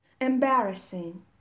Embarrassing